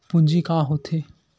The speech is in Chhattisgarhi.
पूंजी का होथे?